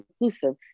inclusive